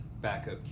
backup